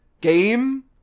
game